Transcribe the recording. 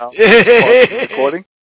Recording